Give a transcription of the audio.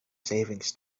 savings